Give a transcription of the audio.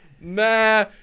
nah